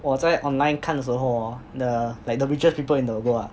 我在 online 看的时候 hor the like the richest people in the world ah